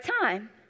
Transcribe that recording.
time